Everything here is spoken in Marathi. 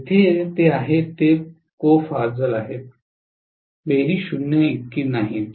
जेथे ते आहेत ते को फासल आहेत बेरीज ० इतकी नाहीत